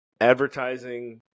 advertising